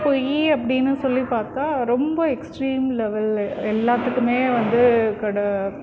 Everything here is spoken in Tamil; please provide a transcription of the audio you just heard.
பொய் அப்படின்னு சொல்லி பார்த்தா ரொம்ப எக்ஸ்டிரீம் லெவலில் எல்லாத்துக்குமே வந்து கூட